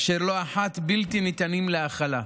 אשר לא אחת בלתי ניתנים להכלה.